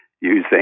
using